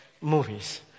movies